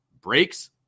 breaks